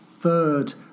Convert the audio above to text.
third